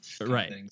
Right